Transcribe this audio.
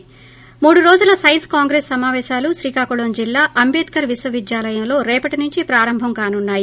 ి మూడు రోజుల సైన్స్ కాంగ్రెస్ సమావేశాలు శ్రీకాకుళం జిల్లా అంటేద్కర్ విశ్వవిద్యాలయంలో రేపటి నుంచి ప్రారంభం కానున్నాయి